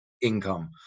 income